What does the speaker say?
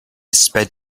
sped